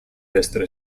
destra